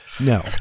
No